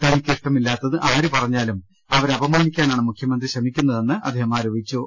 തനിക്ക് ഇഷ്ടമില്ലാത്ത് ആരു പറഞ്ഞാലും അവരെ അപമാനിക്കാനാണ് മുഖൃമന്ത്രി ശ്രമിക്കുന്നിതെന്ന് അദ്ദേഹം ആരോപിച്ചു